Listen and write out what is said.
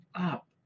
up